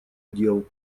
дел